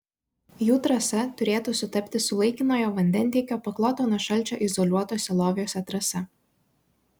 jų trasa turėtų sutapti su laikinojo vandentiekio pakloto nuo šalčio izoliuotuose loviuose trasa